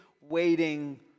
waiting